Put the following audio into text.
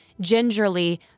Gingerly